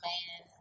Man